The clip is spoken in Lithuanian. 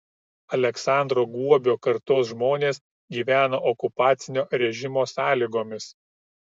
aleksandro guobio kartos žmonės gyveno okupacinio režimo sąlygomis